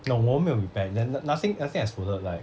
no 我们没有 repair that not~ nothing nothing exploded like